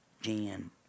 Jan